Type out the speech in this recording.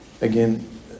again